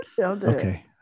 Okay